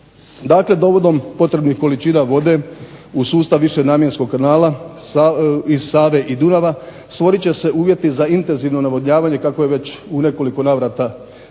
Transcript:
Dakle, dovodom potrebnih količina vode u sustav višenamjenskog kanala iz Save i Dunava stvorit će se uvjeti za intenzivno navodnjavanje kako je već u nekoliko navrata danas